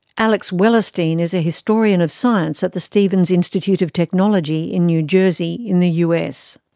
alex wellerstein is a historian of science at the stevens institute of technology in new jersey in the us.